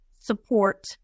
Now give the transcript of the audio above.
support